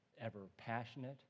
ever-passionate